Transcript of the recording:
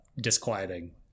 disquieting